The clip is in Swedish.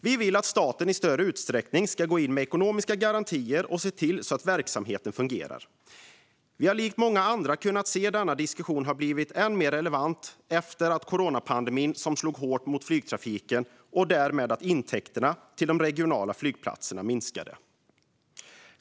Vi vill att staten i större utsträckning ska gå in med ekonomiska garantier och se till att verksamheten fungerar. Vi har likt många andra kunnat se att denna diskussion har blivit än mer relevant i och med coronapandemin, som slog hårt mot flygtrafiken och innebar att intäkterna till de regionala flygplatserna minskade.